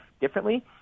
differently